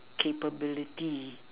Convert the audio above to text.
capability